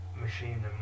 machine